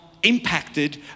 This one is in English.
impacted